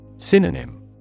Synonym